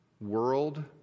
world